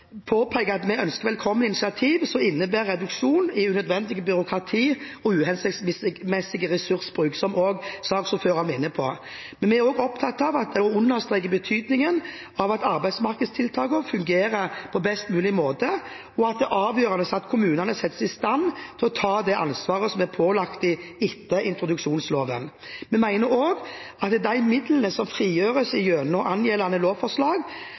at vi ønsker velkommen initiativ som innebærer reduksjon i unødvendig byråkrati og uhensiktsmessig ressursbruk, som også saksordføreren var inne på. Vi er også opptatt av å understreke betydningen av at arbeidsmarkedstiltakene fungerer på best mulig måte, og at det er avgjørende at kommunene settes i stand til å ta det ansvaret som er pålagt dem etter introduksjonsloven. Vi mener også at de midlene som frigjøres gjennom angjeldende lovforslag,